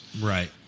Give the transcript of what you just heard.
Right